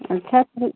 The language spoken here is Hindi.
अच्छा तो